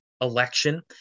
election